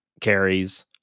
carries